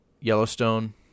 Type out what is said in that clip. Yellowstone